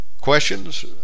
questions